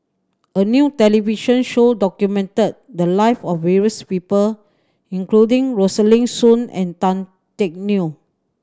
a new television show documented the live of various people including Rosaline Soon and Tan Teck Neo